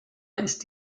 ist